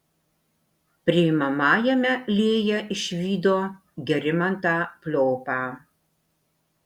priimamajame lėja išvydo gerimantą pliopą